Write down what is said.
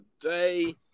today